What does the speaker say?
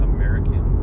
American